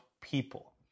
people